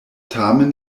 tamen